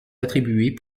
attribués